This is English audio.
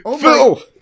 Phil